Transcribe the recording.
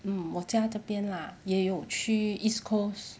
mm 我家这边 lah 也有去 east coast